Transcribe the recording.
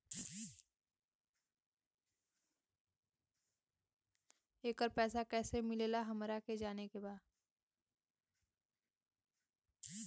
येकर पैसा कैसे मिलेला हमरा के जाने के बा?